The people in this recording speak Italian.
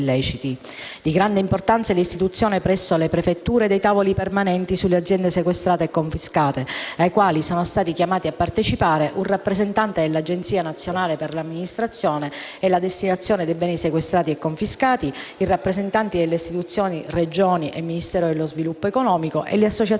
Di grande importanza è l'istituzione presso le prefetture dei tavoli permanenti sulle aziende sequestrate e confiscate, ai quali sono chiamati a partecipare un rappresentante dell'Agenzia nazionale per l'amministrazione e la destinazione dei beni sequestrati e confiscati, i rappresentanti delle istituzioni (Regione e Ministero dello sviluppo economico) e le associazioni datoriali